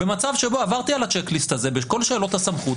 במצב שבו עברתי על הצ'ק ליסט הזה בכל שאלות הסמכות,